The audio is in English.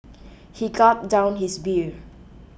he gulped down his beer